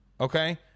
okay